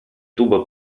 tubo